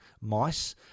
mice